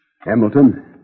Hamilton